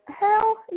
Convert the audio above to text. Hell